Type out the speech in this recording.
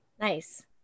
Nice